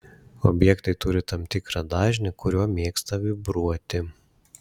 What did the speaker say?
objektai turi tam tikrą dažnį kuriuo mėgsta vibruoti